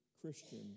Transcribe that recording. Christian